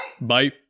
Bye